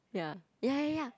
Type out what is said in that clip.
ya ya ya ya